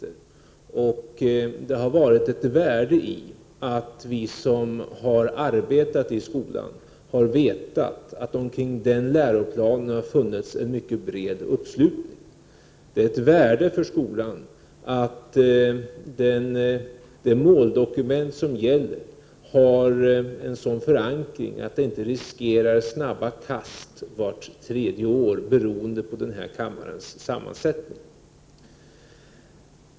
Det har varit ett värde i att vi som har arbetat i skolan har vetat att det har funnits en mycket bred uppslutning kring denna läroplan. Det är ett värde för skolan att det måldokument som gäller har en sådan förankring att det inte riskerar snabba kast vart tredje år beroende på denna kammares sammansättning.